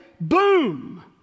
boom